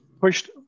pushed